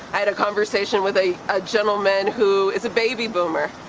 i had a conversation with a a gentleman who is a baby boomer,